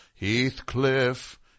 Heathcliff